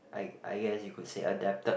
I I guess you could say adapted